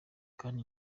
kandi